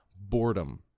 boredom